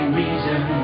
reason